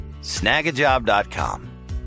Snagajob.com